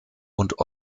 und